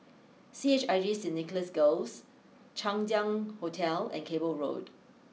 C H I J Saint Nicholas Girls Chang Ziang Hotel and Cable Road